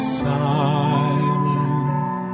silent